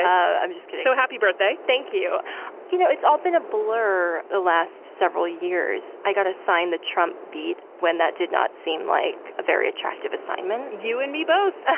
i'm just so happy birthday. thank you you know, it's all been a blur the last several years. i got a sign that trump beat when that did not seem like a very attractive assignment you and me both. ah